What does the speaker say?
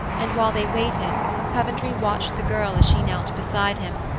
and while they waited coventry watched the girl as she knelt beside him,